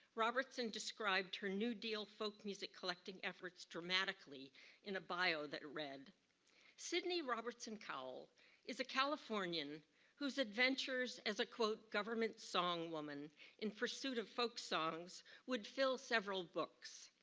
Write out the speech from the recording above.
robertson described her new deal folk music collecting efforts dramatically in a bio that read sydney robertson cowell is a californian whose adventures as a government song woman in pursuit of folk songs would fill several books.